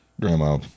Grandma